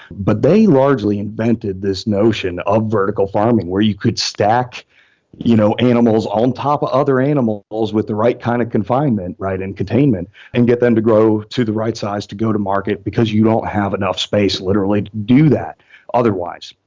but they largely invented this notion of vertical farming where you could stack you know animals on top of other animals with the right kind of confinement and containment and get them to grow to the right size to go to market, because you don't have enough space literally to do that otherwise.